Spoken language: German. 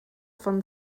von